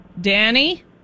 Danny